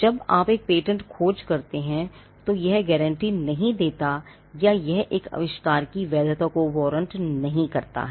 जब आप एक पेटेंट खोज करते हैं तो यह गारंटी नहीं देता है या यह एक आविष्कार की वैधता को वारंट नहीं करता है